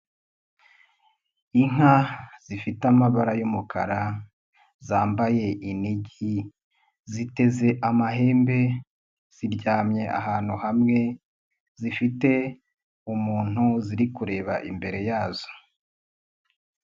iIka zifite amabara y'umukara zambaye inigi ziteze amahembe ziryamye ahantu hamwe zifite umuntu ziri kureba imbere yazo.